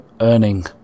earning